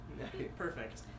Perfect